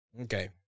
okay